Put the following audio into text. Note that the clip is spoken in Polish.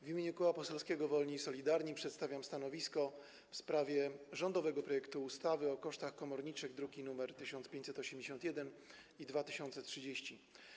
W imieniu Koła Poselskiego Wolni i Solidarni przedstawiam stanowisko w sprawie rządowego projektu ustawy o kosztach komorniczych, druki nr 1581 i 2030.